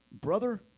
brother